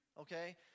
okay